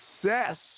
success